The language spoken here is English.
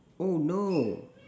oh no